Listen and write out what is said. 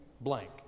blank